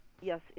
Yes